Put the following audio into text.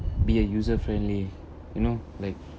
be a user friendly you know like